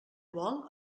vol